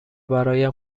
برایم